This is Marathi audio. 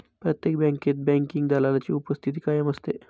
प्रत्येक बँकेत बँकिंग दलालाची उपस्थिती कायम असते